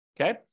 Okay